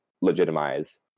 legitimize